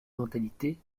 mentalités